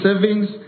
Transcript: savings